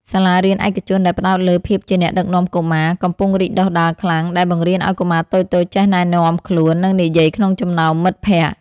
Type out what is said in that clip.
សាលារៀនឯកជនដែលផ្ដោតលើ ភាពជាអ្នកដឹកនាំកុមារ កំពុងរីកដុះដាលខ្លាំង ដែលបង្រៀនឱ្យកុមារតូចៗចេះណែនាំខ្លួន និងនិយាយក្នុងចំណោមមិត្តភក្តិ។